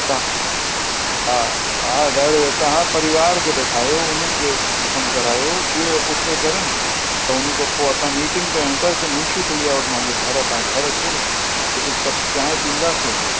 तव्हां हा हा तव्हां परिवार खे ॾेखारियो उन्हनि खे पसंदि करायो उहे के ओके करण त उनखां पोइ असां मीटिंग कयूं था हिते मुंशी पुलिया वट घर आहे तव्हां घर अचो हिक हिक कप चांहि पीअंदासीं